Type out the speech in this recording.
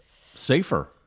safer